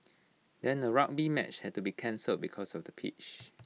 then A rugby match had to be cancelled because of the pitch